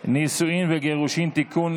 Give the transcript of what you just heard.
(נישואין וגירושין) (תיקון,